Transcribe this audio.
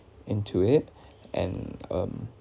into it and um